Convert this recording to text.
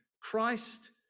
Christ